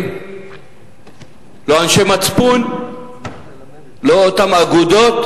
חוטף את החצים, הערת אגב.